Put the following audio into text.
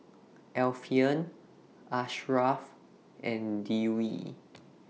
Alfian Asharaff and Dewi